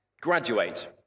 Graduate